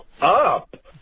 up